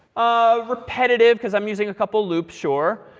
um repetitive, because i'm using a couple of loops, sure.